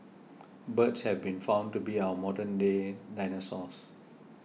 birds have been found to be our modern day dinosaurs